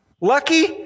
Lucky